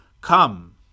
Come